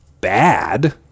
bad